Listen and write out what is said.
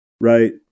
Right